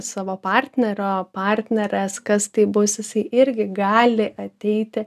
savo partnerio partnerės kas tai bus jisai irgi gali ateiti